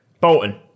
Bolton